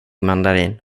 mandarin